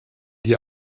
die